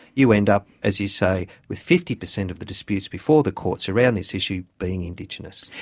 you end up, as you say, with fifty percent of the disputes before the courts around this issue being indigenous.